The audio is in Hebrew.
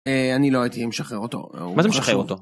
אני לא הייתי משחרר אותו. מה זה משחרר אותו?